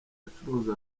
acuruza